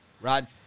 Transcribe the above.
Rod